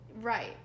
right